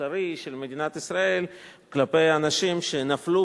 המוסרי של מדינת ישראל כלפי האנשים שנפלו